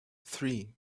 three